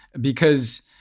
because-